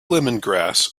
lemongrass